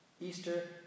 Easter